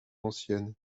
ancienne